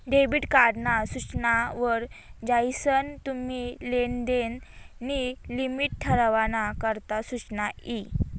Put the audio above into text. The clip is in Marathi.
डेबिट कार्ड ना सूचना वर जायीसन तुम्ही लेनदेन नी लिमिट ठरावाना करता सुचना यी